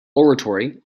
oratory